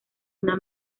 una